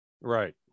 right